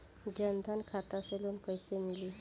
जन धन खाता से लोन कैसे मिली?